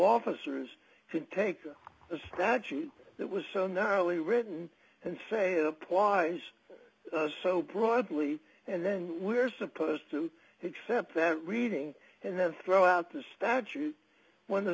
officers could take the statute that was so narrowly written and say twice so broadly and then we're supposed to accept that reading and then throw out the statute when the